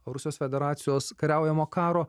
rusijos federacijos kariaujamo karo